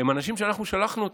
הם אנשים שאנחנו שלחנו אותם,